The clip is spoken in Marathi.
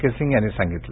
के सिंग यांनी सांगितलं